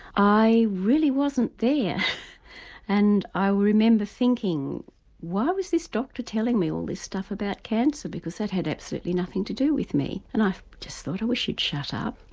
i really wasn't there and i remember thinking why was this doctor telling me all this stuff about cancer because that had absolutely nothing to do with me and i just thought i wish he'd shut up.